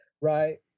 right